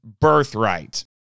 Birthright